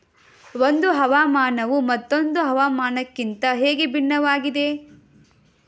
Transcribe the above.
ಒಂದು ಹವಾಮಾನವು ಮತ್ತೊಂದು ಹವಾಮಾನಕಿಂತ ಹೇಗೆ ಭಿನ್ನವಾಗಿದೆ?